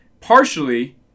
partially